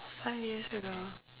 five years ago